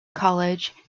college